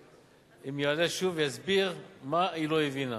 אם יעלה שוב ויסביר מה היא לא הבינה.